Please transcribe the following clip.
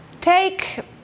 take